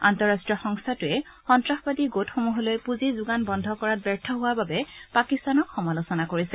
আন্তঃৰাষ্ট্ৰীয় সংস্থাটোৰে সন্তাসবাদী গোটসমূহলৈ পুঁজি যোগান বন্ধ কৰাত ব্যৰ্থ হোৱাৰ বাবে পাকিস্তানক সমালোচনা কৰিছে